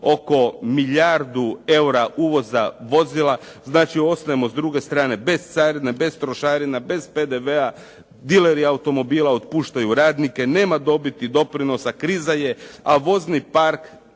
oko milijardu eura uvoza vozila. Znači ostajemo s druge strane bez carine, bez trošarina, bez PDV-a, dileri automobila otpuštaju radnike, nema dobiti doprinosa. Kriza je a vozni park